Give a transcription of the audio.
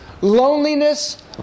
Loneliness